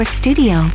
studio